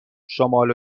شمال